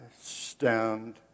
stand